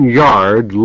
yard